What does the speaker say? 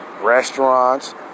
restaurants